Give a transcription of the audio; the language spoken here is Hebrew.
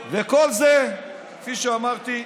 וכל זה, כפי שאמרתי,